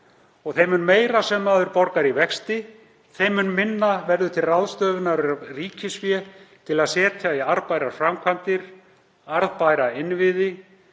og þeim mun meira sem maður borgar í vexti, þeim mun minna verður til ráðstöfunar af ríkisfé til að setja í arðbærar framkvæmdir, arðbæra innviði,